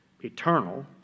eternal